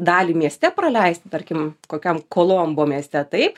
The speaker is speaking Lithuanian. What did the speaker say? dalį mieste praleisti tarkim kokiam kolombo mieste taip